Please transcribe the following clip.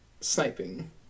sniping